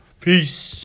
Peace